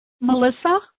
Melissa